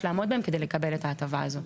לעמוד בהם כדי לקבל את ההטבה הזאת.